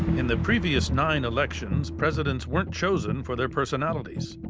in the previous nine elections, presidents weren't chosen for their personalities.